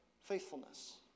faithfulness